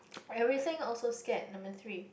everything also scared number three